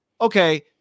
okay